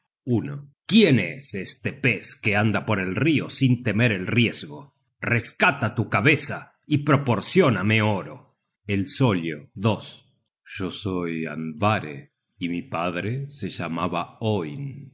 loke quién es este pez que anda por el rio sin temer el riesgo rescata tu cabeza y proporcióname oro el sollo yo soy andvare y mi padre se llamaba